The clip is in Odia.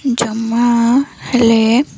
ଜମା ହେଲେ